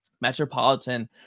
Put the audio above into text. Metropolitan